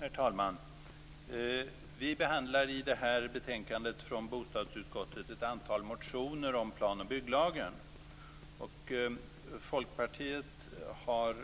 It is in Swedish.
Herr talman! Vi behandlar i det här betänkandet från bostadsutskottet ett antal motioner om plan och bygglagen. Folkpartiet har